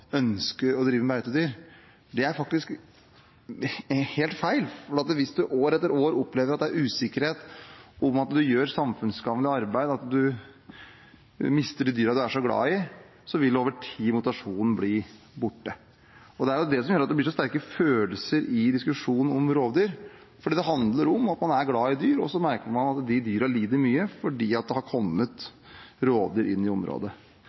å drive med beitedyr. Det er faktisk helt feil, for hvis man år etter år opplever at det er usikkerhet om hvorvidt man gjør samfunnsgagnlig arbeid, og man mister de dyrene man er så glad i, vil motivasjonen over tid bli borte. Det er det som gjør at det blir så sterke følelser i diskusjonen om rovdyr. Det handler om at man er glad i dyr, og så merker man at dyra lider mye fordi det har kommet rovdyr inn i området.